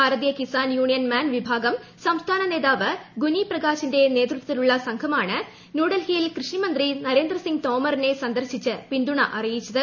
ഭാരതീയ Kisan union Mann വിഭാഗം സംസ്ഥാന നേതാവ് ഗുനി പ്രകാശിന്റെ നേതൃത്വത്തിലുള്ള സംഘമാണ് ന്യൂഡൽഹിയിൽ കൃഷി മന്ത്രി നരേന്ദ്ര സിംഗ് തോമറിനെ സന്ദർശിച്ച് പിന്തുണ അറിയിച്ചത്